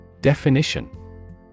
Definition